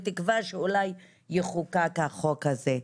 בתקווה שאולי יחוקק החוק הזה.